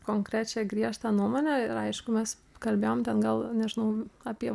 konkrečią griežtą nuomonę ir aišku mes kalbėjom ten gal nežinau apie